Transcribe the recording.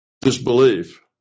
disbelief